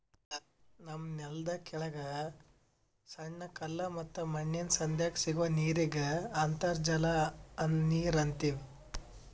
ನಮ್ಮ್ ನೆಲ್ದ ಕೆಳಗ್ ಸಣ್ಣ ಕಲ್ಲ ಮತ್ತ್ ಮಣ್ಣಿನ್ ಸಂಧ್ಯಾಗ್ ಸಿಗೋ ನೀರಿಗ್ ಅಂತರ್ಜಲ ನೀರ್ ಅಂತೀವಿ